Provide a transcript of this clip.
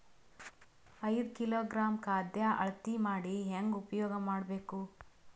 ಐದು ಕಿಲೋಗ್ರಾಂ ಖಾದ್ಯ ಅಳತಿ ಮಾಡಿ ಹೇಂಗ ಉಪಯೋಗ ಮಾಡಬೇಕು?